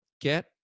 Get